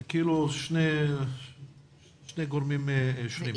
זה כאילו שני גורמים שונים.